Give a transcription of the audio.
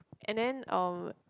and then um